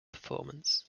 performance